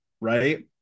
right